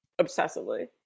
obsessively